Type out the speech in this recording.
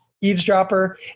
eavesdropper